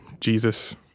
Jesus